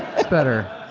ah better.